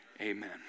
Amen